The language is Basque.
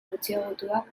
gutxiagotuak